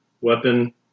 weapon